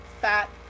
fat